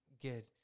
good